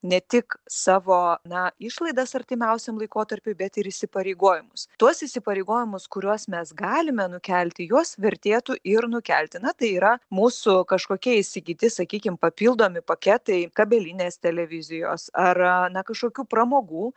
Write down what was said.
ne tik savo na išlaidas artimiausiam laikotarpiui bet ir įsipareigojimus tuos įsipareigojimus kuriuos mes galime nukelti juos vertėtų ir nukelti na tai yra mūsų kažkokie įsigyti sakykim papildomi paketai kabelinės televizijos ar na kažkokių pramogų